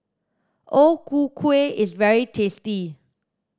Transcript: O ku kueh is very tasty